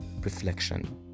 reflection